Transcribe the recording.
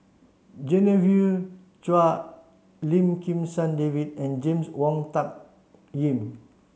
Genevieve Chua Lim Kim San David and James Wong Tuck Yim